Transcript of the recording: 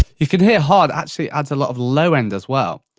you can hear hard actually adds a lot of low end as well.